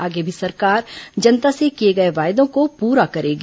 आगे भी सरकार जनता से किए गए वादों को पूरा करेगी